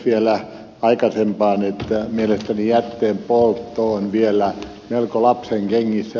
vielä aikaisempaan että mielestäni jätteenpoltto on vielä melko lapsenkengissä